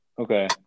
Okay